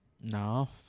No